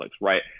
right